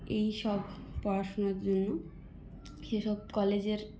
এইসব পড়াশুনোর জন্য সেসব কলেজের